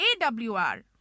AWR